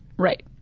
right.